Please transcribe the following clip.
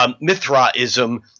Mithraism